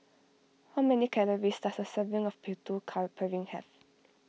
how many calories does a serving of Putu car Piring have